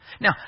Now